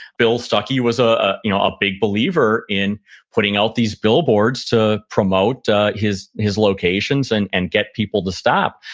bill stuckey was a you know ah big believer in putting out these billboards to promote his his locations and and get people to stop.